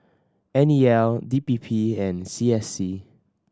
N E L D P P and C S C